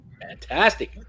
Fantastic